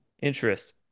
interest